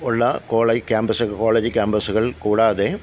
ഉള്ള college campus college ക്യാമ്പസുകള് കൂടാതെ